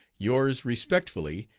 yours respectfully,